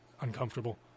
uncomfortable